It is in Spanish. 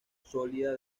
sólida